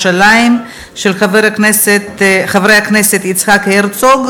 שזה להעביר לוועדת הכספים,